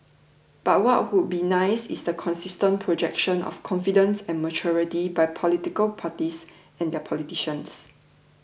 but what would be nice is the consistent projection of confidence and maturity by political parties and their politicians